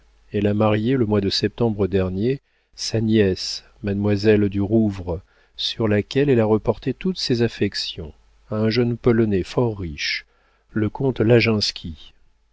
elle a marié le mois de septembre dernier sa nièce mademoiselle du rouvre sur laquelle elle a reporté toutes ses affections à un jeune polonais fort riche le comte laginski